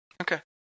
Okay